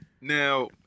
Now